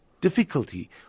difficulty